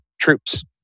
troops